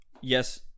yes